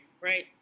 right